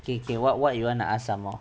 okay okay what what you want to ask some more